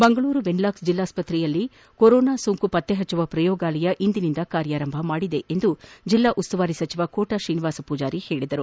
Mangaluru Wenlock ಜಿಲ್ಲಾಸ್ತ್ರೆಯಲ್ಲಿ corona ಸೋಂಕು ಪತ್ತೆಹಚ್ಚುವ ಪ್ರಯೋಗಾಲಯ ಇಂದಿನಿಂದ ಕಾರ್ಯಾರಂಭ ಮಾಡುತ್ತಿದೆ ಎಂದು ಜಿಲ್ಲಾ ಉಸ್ತುವಾರಿ ಸಚಿವ ಕೋಟಾ ಶ್ರೀನಿವಾಸ ಮೂಜಾರಿ ಹೇಳಿದ್ದಾರೆ